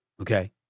Okay